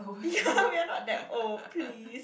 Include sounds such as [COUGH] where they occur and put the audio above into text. ya [LAUGHS] we are not that old please